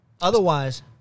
Otherwise